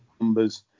numbers